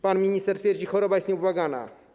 Pan minister twierdzi, że choroba jest nieubłagana.